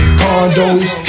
condos